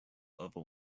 other